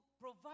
provide